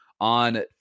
on